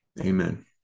Amen